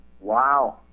Wow